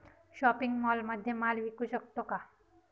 Shopping मॉलमध्ये माल विकू शकतो का?